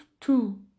two